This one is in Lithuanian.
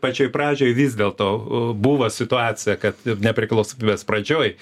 pačioj pradžioj vis dėlto buvo situacija kad nepriklausomybės pradžioj